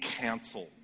canceled